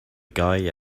guy